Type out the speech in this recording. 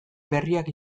berriak